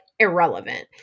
irrelevant